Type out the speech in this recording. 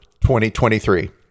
2023